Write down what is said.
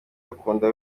akunda